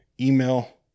email